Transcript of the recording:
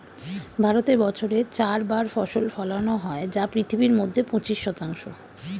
ভারতে বছরে চার বার ফসল ফলানো হয় যা পৃথিবীর মধ্যে পঁচিশ শতাংশ